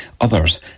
Others